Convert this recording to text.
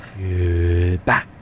Goodbye